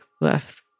left